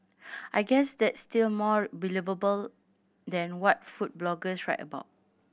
I guess that's still more believable than what food bloggers write about